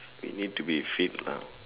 you need to be fit lah